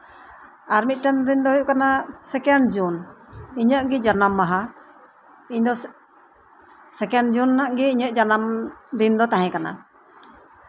ᱟᱨ ᱢᱤᱫᱴᱟᱱ ᱫᱤᱱ ᱫᱚ ᱦᱩᱭᱩᱜ ᱠᱟᱱᱟ ᱥᱮᱠᱮᱱᱰ ᱡᱩᱱ ᱤᱧᱟᱹᱜ ᱡᱟᱱᱟᱢ ᱢᱟᱦᱟ ᱤᱧ ᱫᱚ ᱥᱮᱠᱮᱱᱰ ᱡᱩᱱ ᱨᱮᱱᱟᱜ ᱜᱮ ᱤᱧᱟᱹᱜ ᱡᱟᱱᱟᱢ ᱫᱤᱱ ᱫᱚ ᱛᱟᱸᱦᱮ ᱠᱟᱱᱟ